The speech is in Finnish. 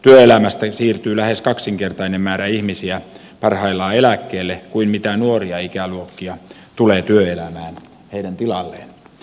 työelämästä siirtyy lähes kaksinkertainen määrä ihmisiä parhaillaan eläkkeelle kuin mitä nuoria ikäluokkia tulee työelämään heidän tilalleen